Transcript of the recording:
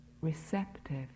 receptive